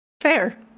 Fair